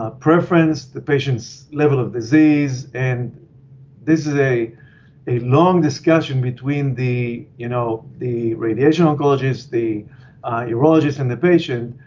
ah preference, the patient's level of disease. and this is a a long discussion between the you know the radiation oncologist, the urologist and the patient.